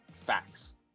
facts